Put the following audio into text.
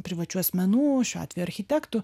privačių asmenų šiuo atveju architektų